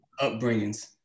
upbringings